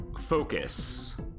Focus